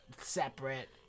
Separate